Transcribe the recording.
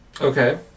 Okay